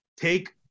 take